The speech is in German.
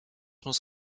muss